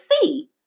see